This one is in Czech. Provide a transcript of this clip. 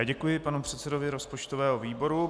Děkuji panu předsedovi rozpočtového výboru.